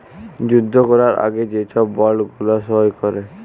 যুদ্ধ ক্যরার আগে যে ছব বল্ড গুলা সই ক্যরে